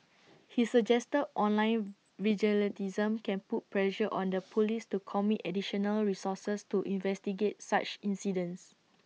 he suggested online vigilantism can put pressure on the Police to commit additional resources to investigate such incidents